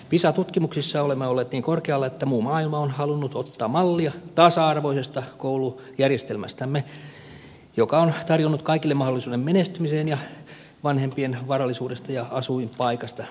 pisa tutkimuksissa olemme olleet niin korkealla että muu maailma on halunnut ottaa mallia tasa arvoisesta koulujärjestelmästämme joka on tarjonnut kaikille mahdollisuuden menestymiseen vanhempien varallisuudesta ja asuinpaikasta riippumatta